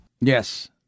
Yes